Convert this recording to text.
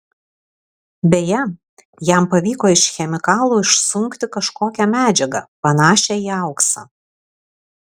beje jam pavyko iš chemikalų išsunkti kažkokią medžiagą panašią į auksą